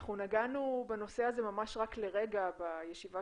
אנחנו נגענו בנושא הזה ממש רק לרגע בישיבה